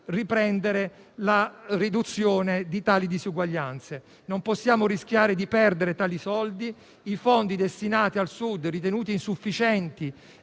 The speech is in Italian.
dei fondi alla riduzione di tali disuguaglianze: non possiamo rischiare di perdere tali risorse. I fondi destinati al Sud sono ritenuti insufficienti